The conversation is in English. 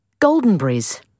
goldenberries